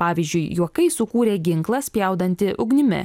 pavyzdžiui juokais sukūrė ginklą spjaudantį ugnimi